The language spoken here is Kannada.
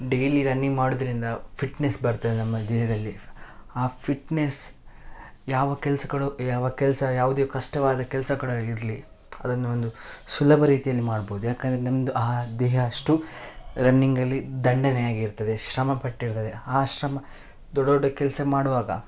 ಡೈಲಿ ರನ್ನಿಂಗ್ ಮಾಡೋದ್ರಿಂದ ಫಿಟ್ನೆಸ್ ಬರ್ತದೆ ನಮ್ಮ ದೇಹದಲ್ಲಿ ಆ ಫಿಟ್ನೆಸ್ ಯಾವ ಕೆಲಸಗಳು ಯಾವ ಕೆಲಸ ಯಾವುದೇ ಕಷ್ಟವಾದ ಕೆಲಸ ಕೂಡ ಆಗಿರಲಿ ಅದನ್ನು ಒಂದು ಸುಲಭ ರೀತಿಯಲ್ಲಿ ಮಾಡ್ಬೋದು ಯಾಕೆಂದ್ರೆ ನಮ್ಮದು ಆ ದೇಹ ಅಷ್ಟು ರನ್ನಿಂಗಲ್ಲಿ ದಂಡನೆಯಾಗಿರ್ತದೆ ಶ್ರಮ ಪಟ್ಟಿರ್ತದೆ ಆ ಶ್ರಮ ದೊಡ್ಡ ದೊಡ್ಡ ಕೆಲಸ ಮಾಡುವಾಗ